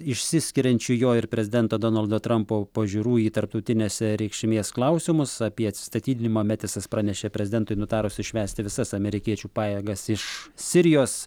išsiskiriančių jo ir prezidento donaldo trampo pažiūrų į tarptautinės reikšmės klausimus apie atsistatydinimą metisas pranešė prezidentui nutarus išvesti visas amerikiečių pajėgas iš sirijos